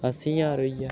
अस्सीं ज्हार होइया